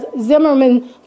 Zimmerman